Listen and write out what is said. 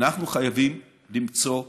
אנחנו חייבים למצוא פתרונות.